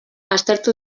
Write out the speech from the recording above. aztertu